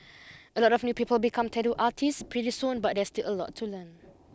a lot of new people become tattoo artists pretty soon but there's still a lot to learn